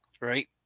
Right